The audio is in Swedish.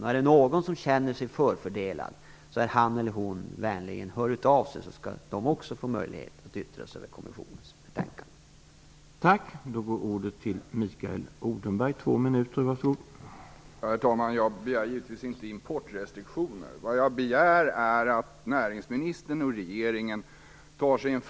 Om det är någon som känner sig förfördelad kan han eller hon höra av sig, så kan de också få möjlighet att yttra sig över kommissionens betänkande.